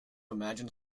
imagine